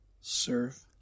serve